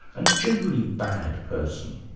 and generally bad person.